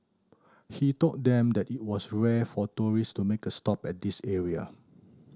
he told them that it was rare for tourist to make a stop at this area